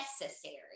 necessary